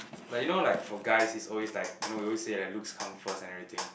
like you know like for guys it's always like your know we always say like looks come first and everything